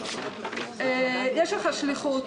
יש לך שליחות